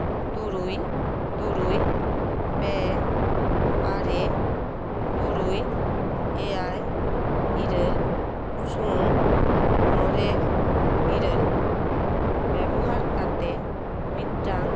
ᱛᱩᱨᱩᱭ ᱛᱩᱨᱩᱭ ᱯᱮ ᱟᱨᱮ ᱛᱩᱨᱩᱭ ᱮᱭᱟᱭ ᱤᱨᱟᱹᱞ ᱥᱩᱱ ᱢᱚᱬᱮ ᱤᱨᱟᱹᱞ ᱵᱮᱵᱚᱦᱟᱨ ᱠᱟᱛᱮ ᱢᱤᱫᱴᱟᱝ